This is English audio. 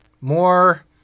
more